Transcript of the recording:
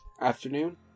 Afternoon